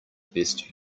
best